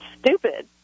stupid